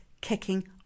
kicking